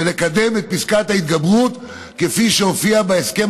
ולקדם את פסקת ההתגברות כפי שהופיעה בהסכם